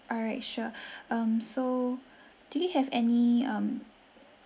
alright sure um so do you have any um